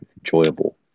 enjoyable